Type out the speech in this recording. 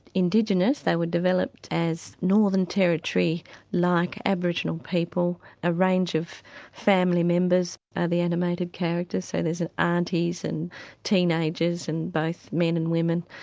indigenous, they were developed as northern territory-like like aboriginal people, a range of family members are the animated characters. so there's and aunties, and teenagers, and both men and women.